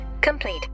complete